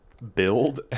build